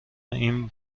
این